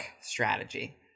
strategy